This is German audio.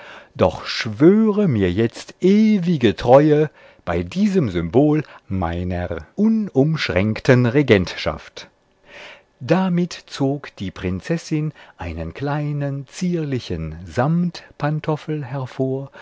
doch schwöre mir jetzt ewige treue bei diesem symbol einer unumschränkten regentschaft damit zog die prinzessin einen kleinen zierlichen samtpantoffel hervor